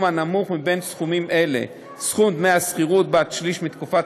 הנמוך מבין סכומים אלה: סכום דמי השכירות בעד שליש מתקופת